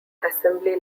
assembly